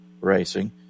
racing